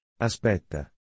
Aspetta